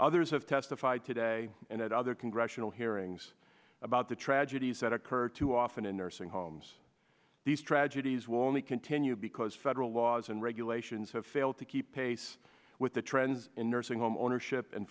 others have testified today and at other congressional hearings about the tragedies that occur too often in nursing homes these tragedies will only continue because federal laws and regulations have failed to keep pace with the trends in nursing home ownership and